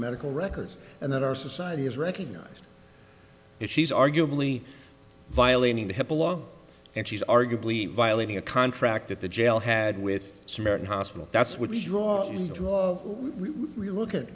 medical records and that our society has recognized it she's arguably violating the hipaa long and she's arguably violating a contract at the jail had with certain hospital that's would be drawing draw we look at